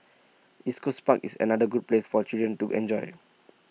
East Coast park is another good place for children to enjoy